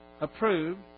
approved